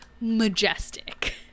majestic